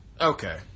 Okay